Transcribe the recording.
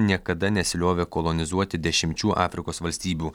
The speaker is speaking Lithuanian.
niekada nesiliovė kolonizuoti dešimčių afrikos valstybių